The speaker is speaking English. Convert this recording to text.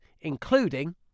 including